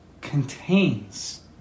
contains